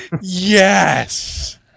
Yes